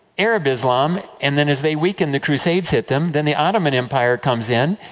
arab islam. and then, as they weaken, the crusades hit them, then the ottoman empire comes in.